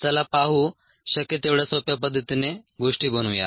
चला पाहू शक्य तेवढ्या सोप्या पद्धतीने गोष्टी बनवूया